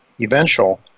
eventual